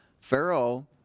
Pharaoh